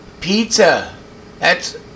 pizza—that's